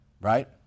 right